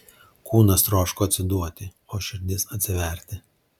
kūnas troško atsiduoti o širdis atsiverti